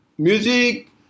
music